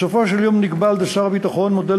בסופו של יום נקבע על-ידי שר הביטחון מודל